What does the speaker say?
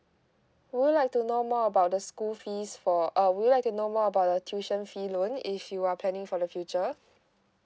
would you like to know more about the school fees for uh would you like to know more about the tuition fee loan if you are planning for the future